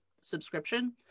subscription